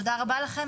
תודה רבה לכם.